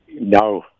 No